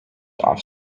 off